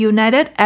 United